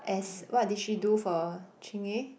as what did she do for Chingay